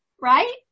Right